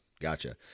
Gotcha